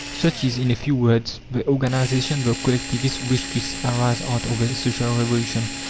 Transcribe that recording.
such is, in a few words, the organization the collectivists wish to see arise out of the social revolution.